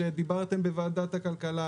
שדיברתם בוועדת הכלכלה,